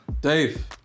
Dave